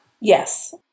Yes